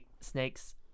snake's